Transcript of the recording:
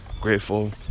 grateful